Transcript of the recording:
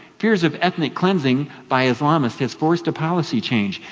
fears of ethnic cleansing by islamists has forced a policy change.